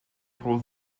for